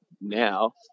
now